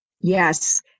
Yes